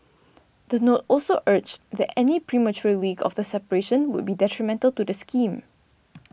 the note also urged that any premature leak of the separation would be detrimental to the scheme